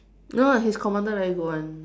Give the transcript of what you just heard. no ah his commander very good [one]